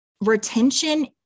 retention